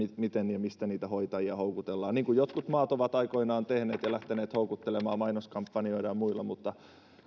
miten ja mistä niitä hoitajia houkutellaan niin kuin jotkut maat ovat aikoinaan tehneet ja lähteneet houkuttelemaan mainoskampanjoilla ja muilla mutta